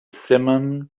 simum